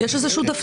האם יש איזה דפדפת,